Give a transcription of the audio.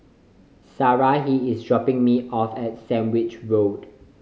Sarahi is dropping me off at Sandwich Road